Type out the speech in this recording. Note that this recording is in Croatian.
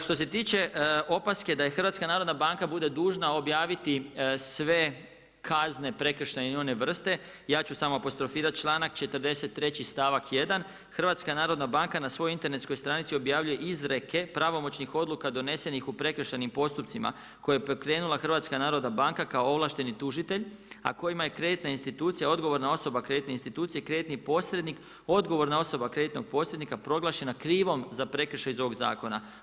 Što se tiče opaske da je HNB bude dužna objaviti sve kazne, prekršajne i one vrste, ja ću samo apostrofirati članka 43. stavak 1. : „Hrvatska narodna banka na svojoj internetskoj stranici objavljuje izreke pravomoćnih odluka donesenih u prekršajnim postupcima koje je pokrenula Hrvatska narodna banka kao ovlašteni tužitelj a kojima je kreditna institucija odgovorna osoba kreditne institucije kreditni posrednik, odgovorna osoba kreditnog posrednika proglašena krivom za prekršaj iz ovog zakona.